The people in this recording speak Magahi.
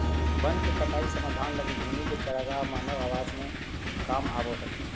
वन के कटाई समाधान लगी भूमि के चरागाह मानव आवास में काम आबो हइ